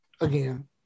Again